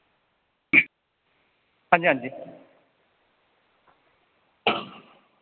हांजी हांजी